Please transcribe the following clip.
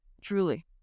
Truly